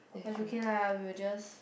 but it's okay lah we will just